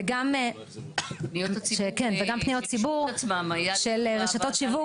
וגם פניות ציבור של רשתות שיווק,